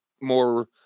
more